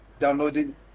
downloading